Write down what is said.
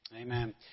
Amen